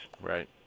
right